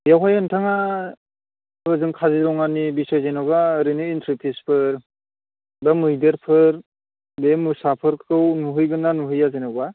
बेवहाय नोंथाङा ओजों काजिरङानि बिसय जेनेबा ओरैनो एन्ट्रि फिसफोर बे मैदेरफोर बे मोसाफोरखौ नुहैगोनना नुहैया जेनेबा